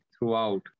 throughout